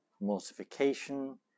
mortification